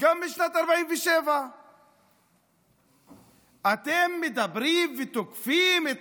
גם בשנת 47'. אתם מדברים ותוקפים את